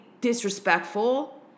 disrespectful